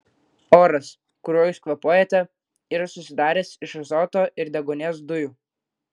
oras kuriuo jūs kvėpuojate yra susidaręs iš azoto ir deguonies dujų